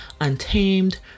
untamed